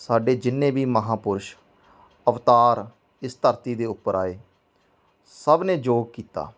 ਸਾਡੇ ਜਿੰਨੇ ਵੀ ਮਹਾਂਪੁਰਸ਼ ਅਵਤਾਰ ਇਸ ਧਰਤੀ ਦੇ ਉੱਪਰ ਆਏ ਸਭ ਨੇ ਯੋਗ ਕੀਤਾ